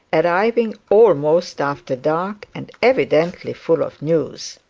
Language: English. arriving almost after dark, and evidently full of news.